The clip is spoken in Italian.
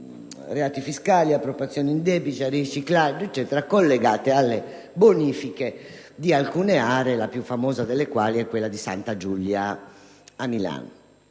reati fiscali, appropriazione indebita e riciclaggio, collegati alle bonifiche di alcune aree, la più famosa delle quali è quella di Santa Giulia a Milano.